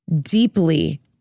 deeply